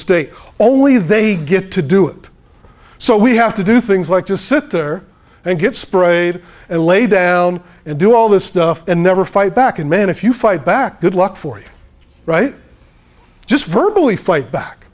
state only they get to do it so we have to do things like just sit there and get sprayed and lay down and do all this stuff and never fight back and man if you fight back good luck for right just virtually fight back